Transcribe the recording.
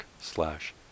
slash